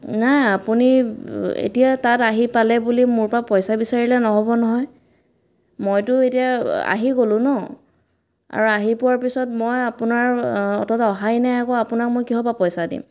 নাই আপুনি এতিয়া তাত আহি পালে বুলি মোৰ পৰা পইচা বিচাৰিলে নহ'ব নহয় মইতো এতিয়া আহি গলোঁ ন আৰু আহি পোৱাৰ পিছত মই আপোনাৰ অ'টোত অহাই নাই আকৌ আপোনাক মই কিহৰ পৰা পইচা দিম